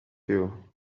you